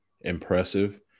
impressive